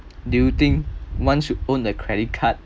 do you think once you own a credit card